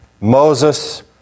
Moses